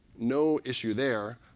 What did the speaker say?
no issue there.